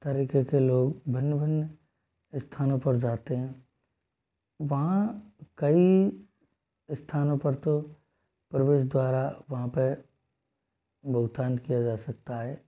तरीके के लोग भिन्न भिन्न स्थानों पर जाते हैं वहाँ कई स्थानों पर तो प्रवेश द्वारा वहाँ पे भुगतान किया जा सकता है